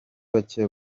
bake